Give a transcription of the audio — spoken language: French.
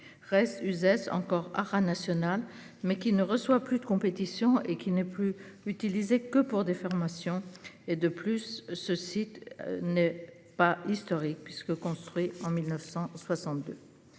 res Uzès encore haras national mais qui ne reçoit plus de compétition et qui n'est plus utilisé que pour des formations et de plus ce site n'est pas historique puisque construit en 1962.